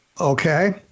okay